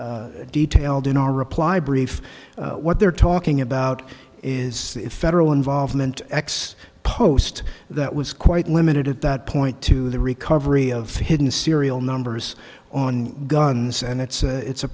detailed in our reply brief what they're talking about is a federal involvement ex post that was quite limited at that point to the recovery of the hidden serial numbers on guns and it's a it's a